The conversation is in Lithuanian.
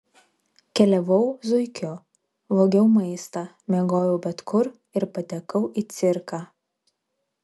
keliavau zuikiu vogiau maistą miegojau bet kur ir patekau į cirką